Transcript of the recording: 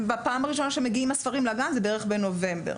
הפעם הראשונה שיגיעו הספרים לגן תהיה בערך בנובמבר,